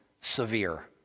severe